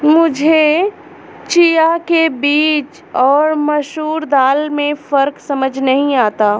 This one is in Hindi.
मुझे चिया के बीज और मसूर दाल में फ़र्क समझ नही आता है